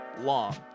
long